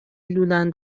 لولند